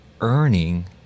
earning